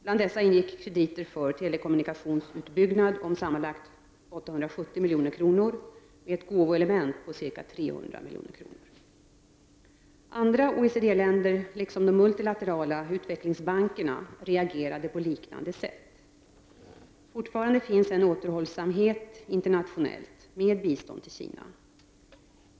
Bland dessa ingick krediter för telekommunikationsutbyggnad om sammanlagt 870 milj.kr. med ett gåvoelement på ca 300 milj.kr. Andra OECD-länder, liksom de multilaterala utvecklingsbankerna, reagerade på liknande sätt. Fortfarande finns en återhållsamhet internationellt med bistånd till Kina.